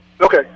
Okay